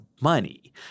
money